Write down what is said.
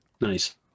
Nice